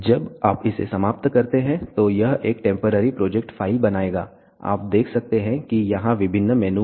जब आप इसे समाप्त करते हैं तो यह एक टेंपरेरी प्रोजेक्ट फ़ाइल बनाएगा आप देख सकते हैं कि यहां विभिन्न मेनू हैं